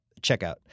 checkout